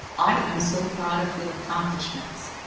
i am so proud of your accomplishments,